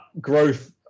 growth